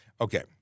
Okay